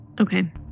Okay